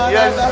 Yes